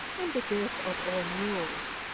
and the death of all mules,